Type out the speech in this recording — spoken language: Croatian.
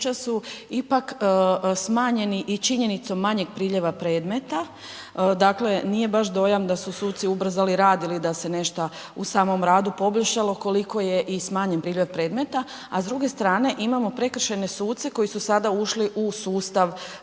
su ipak smanjeni i činjenicom manjeg priljeva predmeta, dakle nije baš dojam da su suci ubrzali rad ili da se nešto u samom radu poboljšalo koliko je i smanjen priljev predmeta, a s druge strane imamo prekršajne suce koji su sada ušli u sustav